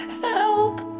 help